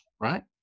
right